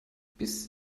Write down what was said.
bis